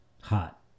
hot